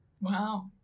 Wow